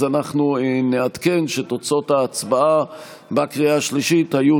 אז אנחנו נעדכן שתוצאות ההצבעה בקריאה השלישית היו